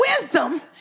wisdom